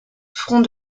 front